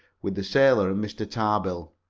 with the sailor and mr. tarbill.